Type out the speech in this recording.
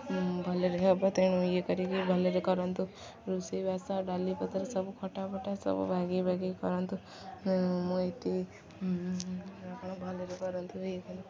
ଭଲରେ ହେବ ତେଣୁ ଇଏ କରିକି ଭଲରେ କରନ୍ତୁ ରୋଷେଇ ବାସ ଡାଲି ପତରେ ସବୁ ଖଟା ଫଟା ସବୁ ବାଗେଇ ବାଗେଇ କରନ୍ତୁ ମୁଁ ଏଇଠି କ'ଣ ଭଲରେ କରନ୍ତୁ ଏଇ